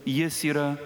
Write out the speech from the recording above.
jis yra